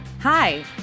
Hi